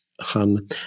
Hun